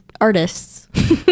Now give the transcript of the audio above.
artists